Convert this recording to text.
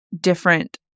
different